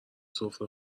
سفره